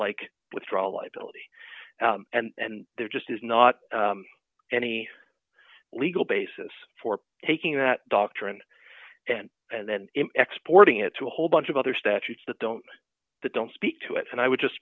like withdrawal liability and there just is not any legal basis for taking that doctrine and then export ing it to a whole bunch of other statutes that don't that don't speak to it and i would just